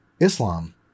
Islam